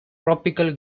tropical